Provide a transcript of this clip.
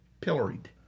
pilloried